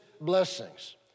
blessings